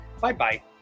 Bye-bye